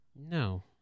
No